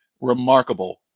remarkable